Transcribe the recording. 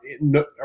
no